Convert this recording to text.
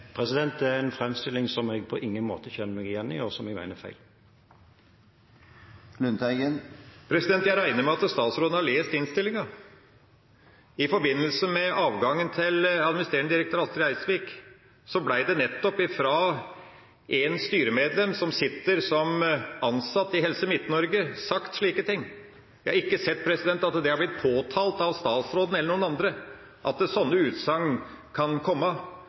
Det er en framstilling som jeg på ingen måte kjenner meg igjen i, og som jeg mener er feil. Jeg regner med at statsråden har lest innstillinga. I forbindelse med avgangen til administrerende direktør Astrid Eidsvik ble det nettopp fra et styremedlem som sitter som ansatt i Helse Midt-Norge, sagt slike ting. Jeg har ikke sett at det har blitt påtalt av statsråden eller av noen andre, at sånne utsagn kan komme.